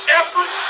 effort